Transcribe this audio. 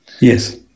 Yes